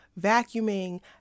vacuuming